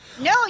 no